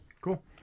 Cool